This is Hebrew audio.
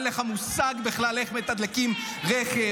אין לך מושג בכלל איך מתדלקים רכב,